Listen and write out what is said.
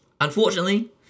Unfortunately